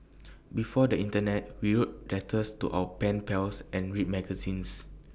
before the Internet we wrote letters to our pen pals and read magazines